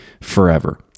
forever